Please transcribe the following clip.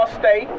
stay